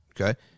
Okay